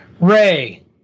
Ray